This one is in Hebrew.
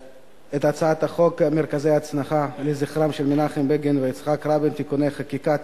הצעת חוק מרכזי ההנצחה לזכרם של מנחם בגין ויצחק רבין (תיקוני חקיקה),